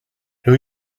new